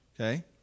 Okay